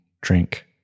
drink